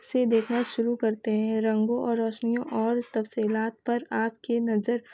سے دیکھنا شروع کرتے ہیں رنگوں اور روشنیوں اور تفصیلات پر آپ کے نظر